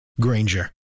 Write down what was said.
Granger